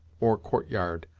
or court-yard,